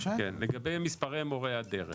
לגבי מספרי מורי הדרך,